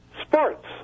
sports